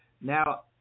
now